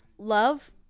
love